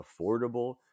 affordable